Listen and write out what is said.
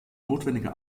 notwendige